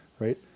right